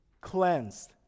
cleansed